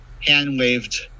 hand-waved